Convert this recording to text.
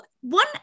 one